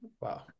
Wow